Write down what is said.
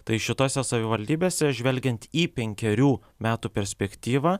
tai šitose savivaldybėse žvelgiant į penkerių metų perspektyvą